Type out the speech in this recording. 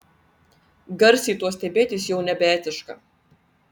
garsiai tuo stebėtis jau nebeetiška